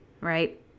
right